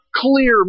clear